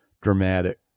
dramatic